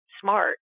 smart